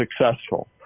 successful